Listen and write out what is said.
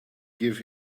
give